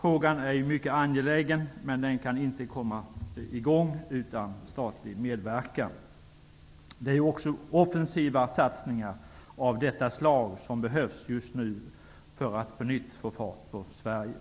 Frågan är mycket angelägen, men arbetet kan inte komma i gång utan statlig medverkan. Det är också offensiva satsningar av detta slag som behövs just nu, för att på nytt få fart på Sverige.